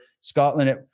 Scotland